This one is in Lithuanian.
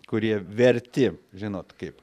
kurie verti žinot kaip